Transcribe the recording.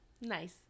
Nice